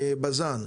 בז"ן,